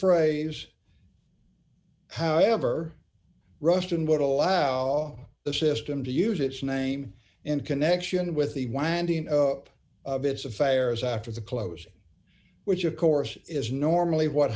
phrase however ruston would allow the system to use its name in connection with the winding up of its affairs after the closing which of course is normally what